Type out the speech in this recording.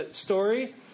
story